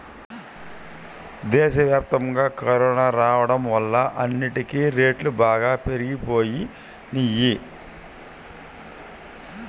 దేశవ్యాప్తంగా కరోనా రాడం వల్ల అన్నిటికీ రేట్లు బాగా పెరిగిపోయినియ్యి